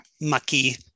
mucky